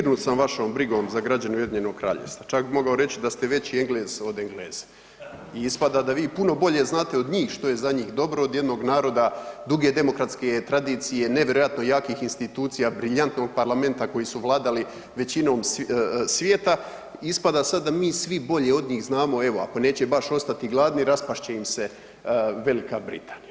Dirnut sam vašom brigom za građane Ujedinjenog Kraljevstva, čak bi mogao reći da ste veći Englez od Engleza i ispada da vi puno bolje znate od njih što je za njih dobro od jednog naroda duge demokratske tradicije, nevjerojatno jakih institucija, briljantnog parlamenta koji su vladali većinom svijeta, ispada sad da mi svi bolje od njih znamo, evo, ako neće baš ostati gladni, raspast će im se Velika Britanija.